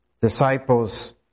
disciples